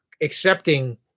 accepting